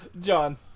John